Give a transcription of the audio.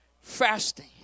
Fasting